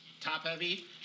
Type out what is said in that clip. top-heavy